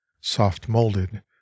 soft-molded